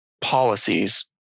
policies